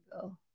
go